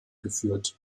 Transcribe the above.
geführt